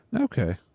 Okay